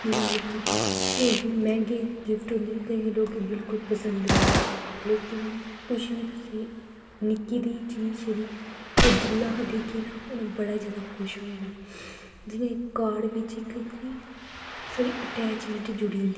जियां मिकी एह् मैंह्गे गिफ्ट ओह् बिलकूल पसंद निं आंदे लेकिन में कुछ तुसेंगी निक्की जनेही चीज जेह्ड़ी ओह् दिला अस देगे ना ओह् बड़ा जैदा खुश होई जाना जियां इक कार्ड बिच्च इक होंदी नी साढ़ी अटैचमेंट जुड़ी जंदी